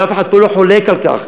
אף אחד פה לא חולק על כך.